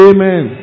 Amen